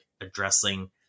addressing